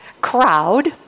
crowd